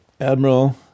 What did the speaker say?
Admiral